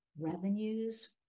revenues